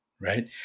Right